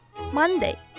Monday